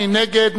מי נגד?